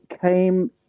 came